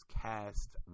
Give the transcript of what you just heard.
cast